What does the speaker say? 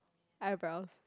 eyebrows